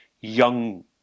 young